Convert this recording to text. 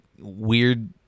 weird